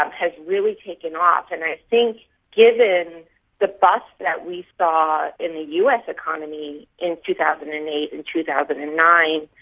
um has really taken off. and i think given the bust that we saw in the us economy in two thousand and eight and two thousand and nine,